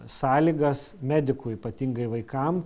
sąlygas medikų ypatingai vaikam